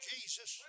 Jesus